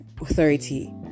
authority